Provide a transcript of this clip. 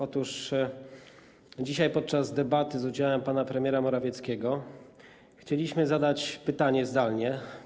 Otóż dzisiaj podczas debaty z udziałem pana premiera Morawieckiego chcieliśmy zdalnie zadać pytanie.